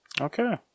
Okay